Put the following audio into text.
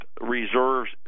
reserves